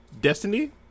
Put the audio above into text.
Destiny